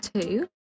two